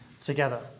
together